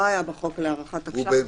זה לא היה בחוק להארכת תקש"ח,